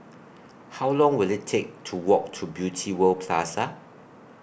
How Long Will IT Take to Walk to Beauty World Plaza